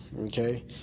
Okay